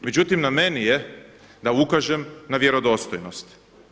Međutim, na meni je da ukažem na vjerodostojnost.